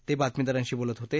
ते बातमीदारांशी बोलत होते